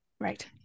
Right